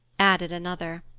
added another.